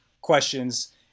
questions